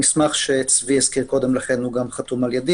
המסמך שהזכיר צבי קודם גם חתום על ידי